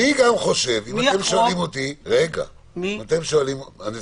גם אני חושב, אם אתם שומעים אותי --- מי יחרוג?